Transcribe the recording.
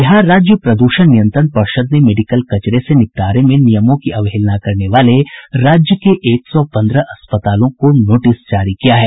बिहार राज्य प्रदूषण नियंत्रण पर्षद ने मेडिकल कचरे के निपटारे में नियमों की अवहेलना करने वाले राज्य के एक सौ पंद्रह अस्पतालों को नोटिस जारी किया है